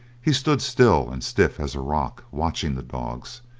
he stood still and stiff as a rock watching the dogs,